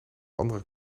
andere